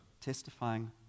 testifying